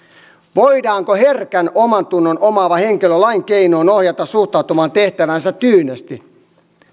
voidaanko herkän omantunnon omaava henkilö lain keinoin ohjata suhtautumaan tehtäväänsä tyynesti